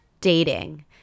dating